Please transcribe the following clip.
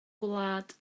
gwlad